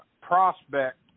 prospect